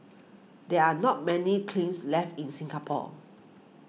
there are not many cleans left in Singapore